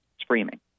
screaming